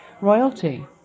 royalty